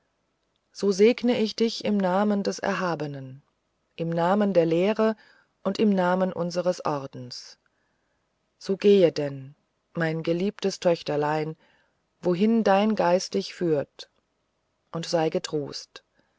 so segne ich dich im namen des erhabenen im namen der lehre und im namen unseres ordens so gehe denn mein geliebtes töchterlein wohin dein geist dich führt und sei getrost